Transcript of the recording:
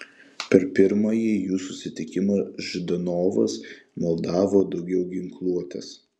per pirmąjį jų susitikimą ždanovas maldavo daugiau ginkluotės